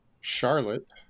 Charlotte